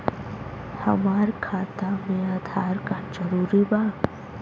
हमार खाता में आधार कार्ड जरूरी बा?